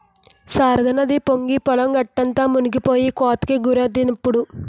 శారదానది పొంగి పొలం గట్టంతా మునిపోయి కోతకి గురైందిప్పుడు